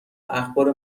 اخبار